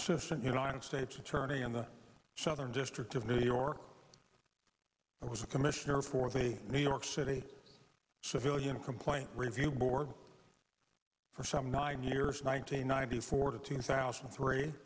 assistant united states attorney in the southern district of new york i was a commissioner for the new york city civilian complaint review board for some nine years nine hundred ninety four to two thousand and three